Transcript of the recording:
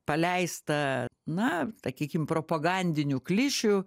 paleista na sakykim propagandinių klišių